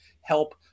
help